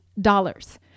dollars